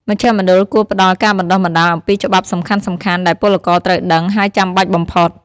មជ្ឈមណ្ឌលគួរផ្តល់ការបណ្តុះបណ្តាលអំពីច្បាប់សំខាន់ៗដែលពលករត្រូវដឹង ហើយចាំបាច់បំផុត។